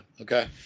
Okay